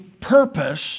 purpose